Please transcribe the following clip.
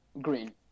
Green